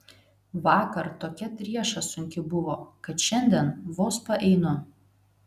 vakar tokia trieša sunki buvo kad šiandien vos paeinu